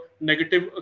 negative